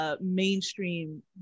Mainstream